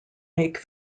make